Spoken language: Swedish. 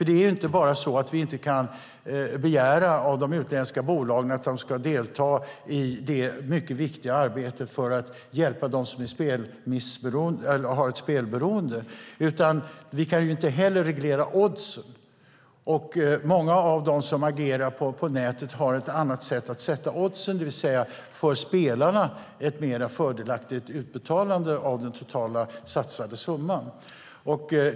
Det är inte bara så att vi inte kan begära av de utländska bolagen att de ska delta i det mycket viktiga arbetet för att hjälpa dem som har ett spelberoende. Vi kan inte heller reglera oddsen. Många av dem som agerar på nätet har ett annat sätt att sätta oddsen, det vill säga ett för spelarna mer fördelaktigt utbetalande sett till den totala satsade summan.